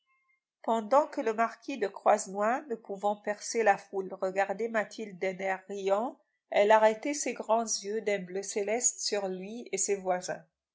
pendant que le marquis de croisenois ne pouvant percer la foule regardait mathilde d'un air riant elle arrêtait ses grands yeux d'un bleu céleste sur lui et ses voisins